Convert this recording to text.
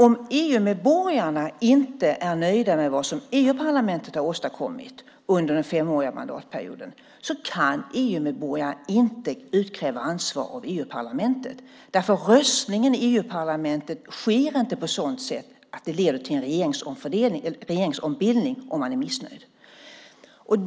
Om EU-medborgarna inte är nöjda med vad EU-parlamentet har åstadkommit under den femåriga mandatperioden kan EU-medborgarna inte utkräva ansvar av EU-parlamentet. Röstningen i EU-parlamentet sker nämligen inte på ett sådant sätt att det leder till en regeringsombildning om man är missnöjd.